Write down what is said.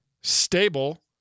stable